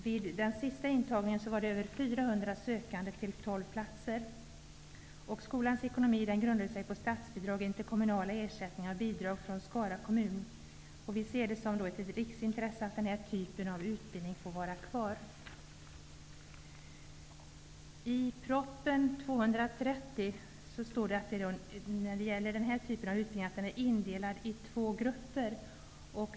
Vid den senaste intagningen var det över 400 sökande till 12 platser. Skolans ekonomi grundar sig på statsbidrag, interkommunala ersättningar och bidrag från Skara kommun. Vi ser det som ett riksintresse att den här utbildningen får vara kvar. I prop. 1992/93:230 indelas utbildningen i två grupper.